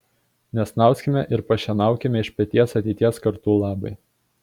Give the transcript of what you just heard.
nesnauskime ir pašienaukime iš peties ateities kartų labui